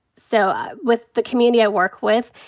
so with the community i work with,